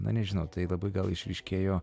na nežinau tai labai gal išryškėjo